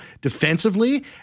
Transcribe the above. defensively